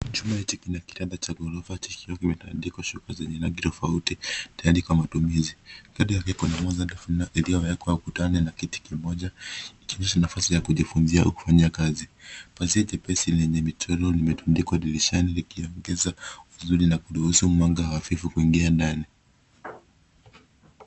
Chumba hichi kina kitanda cha ghorofa kikiwa kimetandikwa shuka za rangi tofauti tayari kwa matumizi. Kati yake kuna meza iliyowekwa ukutani na kiti kimoja, kikionyesha nafasi ya kujifunzia au kufanyia kazi. Pazia jepesi lenye michoro limetundikwa ukutani likiongeza uzuri na kuruhusu mwanga hafifu kuingia ndani.